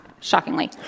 shockingly